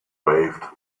waved